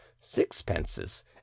sixpences